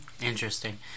Interesting